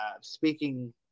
speaking